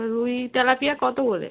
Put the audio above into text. রুই তেলাপিয়া কত করে